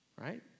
Right